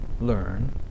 learn